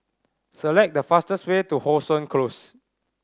select the fastest way to How Sun Close